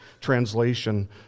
translation